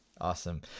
Awesome